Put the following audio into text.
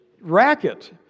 racket